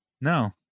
no